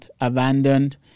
abandoned